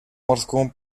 морскому